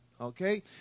Okay